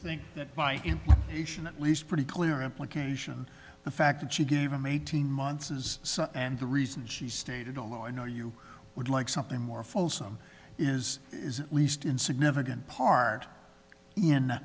think that my patient at least pretty clear implication the fact that she gave him eighteen months is and the reason she stated although i know you would like something more fulsome is at least in significant part